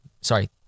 Sorry